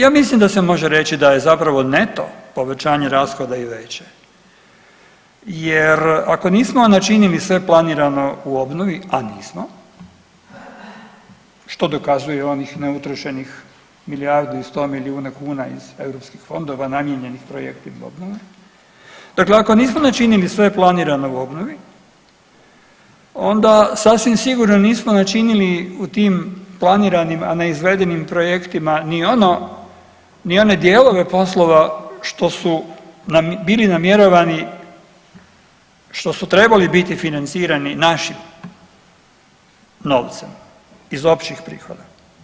Ja mislim da se može reći da je zapravo neto povećanje rashoda i veće jer ako nismo na čini mi se planirano u obnovi, a nismo, što dokazuje i onih neutrošenih milijardu i 100 milijuna kuna iz eu fondova namijenjenih … obnove, dakle ako nismo načili sve planirano u obnovi onda sasvim sigurno nismo načinili u tim planiranim, a ne izvedenim projektima ni ono ni one dijelove poslova što su bili namjeravani što su trebali biti financirani našim novcem iz općih prihoda.